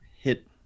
hit